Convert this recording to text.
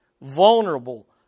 vulnerable